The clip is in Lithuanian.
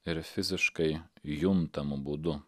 ir fiziškai juntamu būdu